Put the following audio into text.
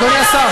אדוני השר.